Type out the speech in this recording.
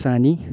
सानी